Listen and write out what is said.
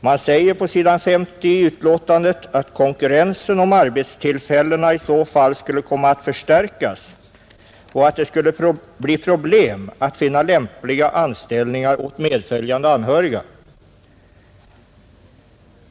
Man säger på s. 50 i betänkandet att konkurrensen om arbetstillfällena i så fall skulle komma att förstärkas och att det skulle bli problem att finna lämpliga anställningar åt medföljande anhöriga.